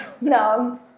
No